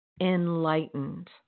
enlightened